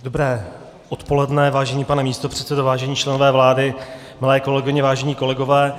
Dobré odpoledne, vážený pane místopředsedo, vážení členové vlády, milé kolegyně, vážení kolegové.